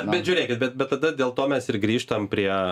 bet žiūrėkit bet bet tada dėl to mes ir grįžtam prie